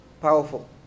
powerful